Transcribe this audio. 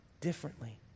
differently